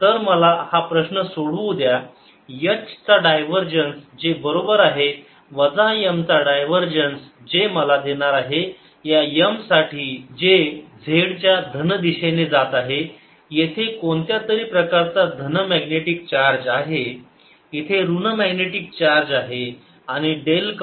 तर मला हा प्रश्न सोडवू द्या H चा डायव्हरजन्स जे बरोबर आहे वजा M चा डायव्हरजन्स जी मला देणार आहे या M साठी जे z च्या धन दिशेने जात आहे येथे कोणत्यातरी प्रकारचा धन मॅग्नेटिक चार्ज आहे इथे ऋण मॅग्नेटिक चार्ज आहे आणि डेल क्रॉस H हे 0 आहे